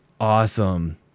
awesome